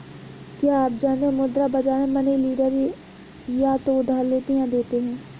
क्या आप जानते है मुद्रा बाज़ार में मनी डीलर या तो उधार लेते या देते है?